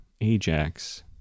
Ajax